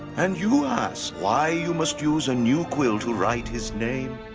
and you ask why you must use a new quill to write his name?